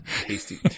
tasty